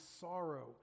sorrow